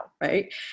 right